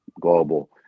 global